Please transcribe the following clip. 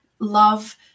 love